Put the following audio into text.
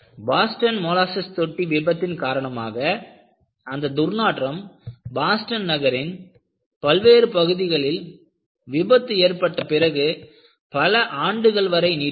Boston molasses தொட்டி விபத்தின் காரணமாக அந்த துர்நாற்றம் பாஸ்டன் நகரின் பல்வேறு பகுதிகளில் விபத்து ஏற்பட்ட பிறகு பல ஆண்டுகள் வரை நீடித்தது